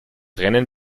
rennen